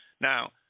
Now